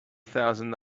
thousand